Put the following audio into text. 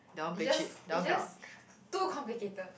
is just is just too complicated